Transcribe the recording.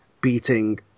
beating